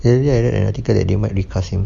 pagi I read an article that they might recasting